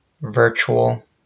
Virtual